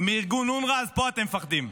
מארגון אונר"א, אז פה אתם מפחדים,